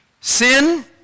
Sin